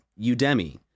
Udemy